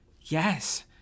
Yes